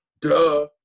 Duh